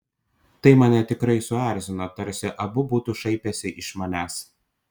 tai mane tikrai suerzino tarsi abu būtų šaipęsi iš manęs